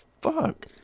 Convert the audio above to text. fuck